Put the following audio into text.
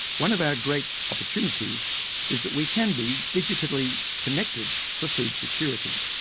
one of our great opportunities is that we can be digitally connected for food security.